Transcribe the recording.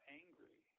angry